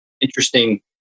interesting